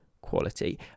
quality